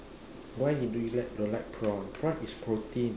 why you do you like don't like prawn prawn is protein